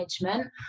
management